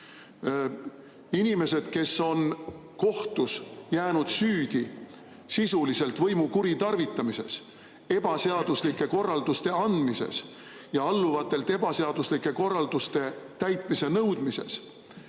Inimesed, kes on kohtus jäänud süüdi sisuliselt võimu kuritarvitamises, ebaseaduslike korralduste andmises ja alluvatelt ebaseaduslike korralduste täitmise nõudmises,